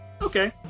Okay